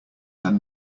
than